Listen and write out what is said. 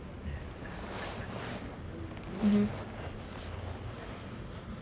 mmhmm